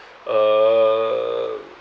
uh